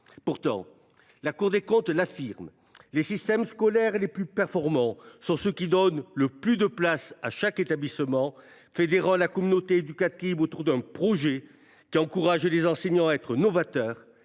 Pourtant, La Cour des comptes l’affirme :«[…] les systèmes scolaires les plus performants sont ceux qui donnent le plus de place à chaque établissement, fédérant la communauté éducative autour d’un projet qui encourage les enseignants à être novateurs